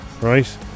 right